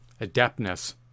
adeptness